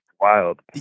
wild